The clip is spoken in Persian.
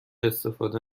استفاده